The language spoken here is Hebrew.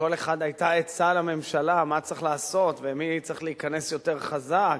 לכל אחד היתה עצה לממשלה מה צריך לעשות ומי צריך להיכנס יותר חזק,